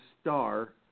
star